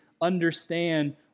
understand